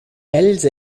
els